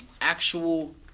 actual